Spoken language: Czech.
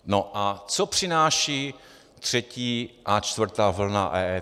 No a co přináší třetí a čtvrtá vlna EET?